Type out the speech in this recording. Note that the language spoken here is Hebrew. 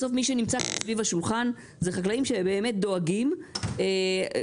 בסוף מי שנמצא סביב השולחן אלו חקלאים שבאמת דואגים לפרנסה,